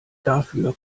dafür